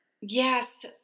Yes